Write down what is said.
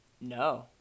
No